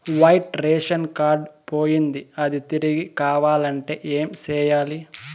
white ration card పోయింది అది తిరిగి కావాలంటే ఏం సేయాలి